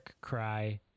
cry